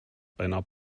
einer